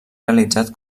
realitzat